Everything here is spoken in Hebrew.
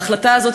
ההחלטה הזאת,